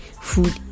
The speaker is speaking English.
Food